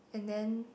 and then